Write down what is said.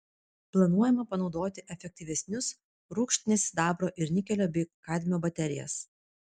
planuojama panaudoti efektyvesnius rūgštinės sidabro ir nikelio bei kadmio baterijas